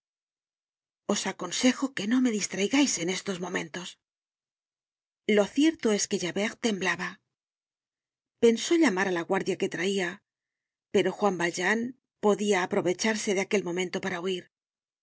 os aconsejo que no me distraigais en estos momentos lo cierto es qae javert temblaba pensó llamar á la guardia que traia pero juan valjean podia aprovecharse de aquel momento para huir